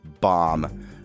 bomb